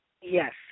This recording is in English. Yes